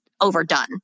overdone